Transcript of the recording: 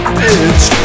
bitch